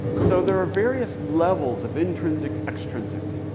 so there are various levels of intrinsic extrinsic.